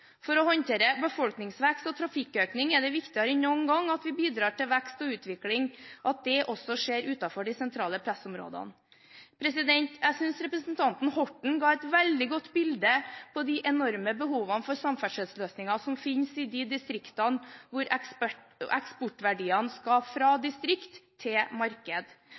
For å håndtere befolkningsvekst og trafikkøkning er det viktigere enn noen gang at vi bidrar til at vekst og utvikling skjer også utenfor de sentrale pressområdene. Jeg synes representanten Orten ga et veldig godt bilde av de enorme behovene for samferdselsløsninger som fins i de distriktene hvor eksportverdiene skal fra distrikt til marked.